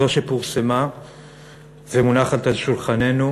זאת שפורסמה ומונחת על שולחננו,